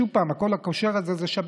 ושוב קושר את זה לשבת: